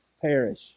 perish